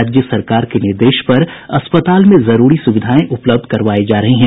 राज्य सरकार के निर्देश पर अस्पताल में जरूरी सुविधाएं उपलब्ध करावायी जा रही हैं